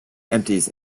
empties